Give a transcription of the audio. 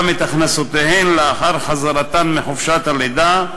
את הכנסותיהן לאחר חזרתן מחופשת הלידה,